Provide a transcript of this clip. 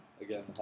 again